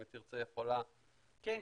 אם היא תרצה היא יכולה ל --- כן,